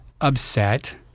upset